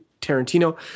Tarantino